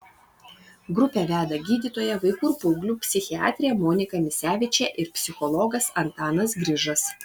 grupę veda gydytoja vaikų ir paauglių psichiatrė monika misevičė ir psichologas antanas grižas